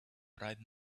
bright